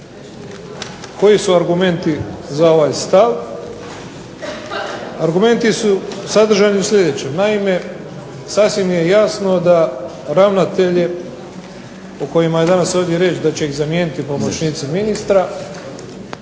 Koji su argumenti za ovaj stav? Argumenti su sadržani u sljedećem, naime sasvim je jasno da ravnatelje o kojima je danas ovdje riječ da će ih zamijeniti pomoćnici ministra.